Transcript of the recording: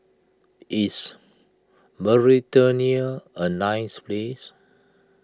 is Mauritania a nice place